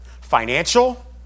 financial